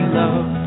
love